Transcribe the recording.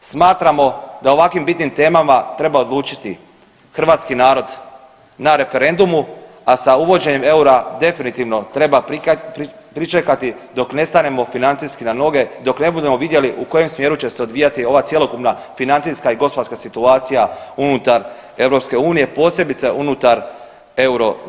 Smatramo da o ovako bitnim temama treba odlučiti hrvatski narod na referendumu, a sa uvođenjem eura treba definitivno pričekati dok ne stanemo financijski na noge, dok ne budemo vidjeli u kojem smjeru će se odvijati ova cjelokupna financijska i gospodarska situacija unutar EU, posebice unutar eurozone.